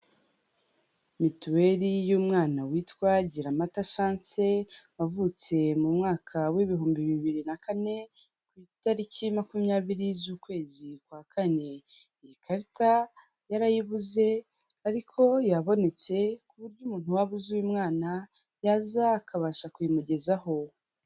Mituweli y'umwana witwa Giramata Chance, wavutse mu mwaka w'ibihumbi bibiri na kane, ku itariki makumyabiri z'ukwezi kwa kane, iyi karita yarayibuze ariko yabonetse ku buryo umuntu waba uzi uyu mwana yaza akabasha kuyimugezaho.